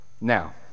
now